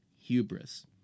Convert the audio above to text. Hubris